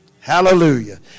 Hallelujah